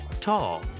tall